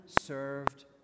served